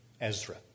Ezra